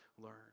learn